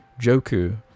Joku